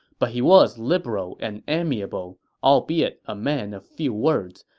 but he was liberal and amiable, albeit a man of few words,